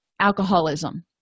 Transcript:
alcoholism